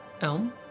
Elm